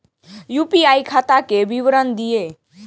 UPI खाता के विवरण दिअ?